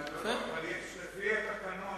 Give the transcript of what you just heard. וזה מה שחמור,